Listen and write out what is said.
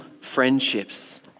friendships